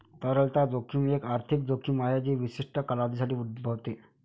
तरलता जोखीम एक आर्थिक जोखीम आहे जी विशिष्ट कालावधीसाठी उद्भवते